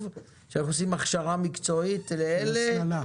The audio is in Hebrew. שעושים הכשרה מקצועית לאלה,